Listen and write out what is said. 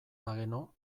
bagenu